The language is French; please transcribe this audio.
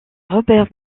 robert